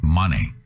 money